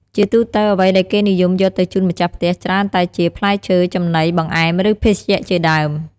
ជាទូទៅ អ្វីដែលគេនិយមយកទៅជូនម្ចាស់ផ្ទះច្រើនតែជា ផ្លែឈើ ចំណី បង្អែម ឬ ភេសជ្ជៈជាដើម។